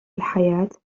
الحياة